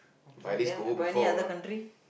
okay then got any other country